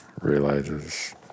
realizes